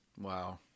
Wow